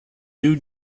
you